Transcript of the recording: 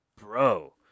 bro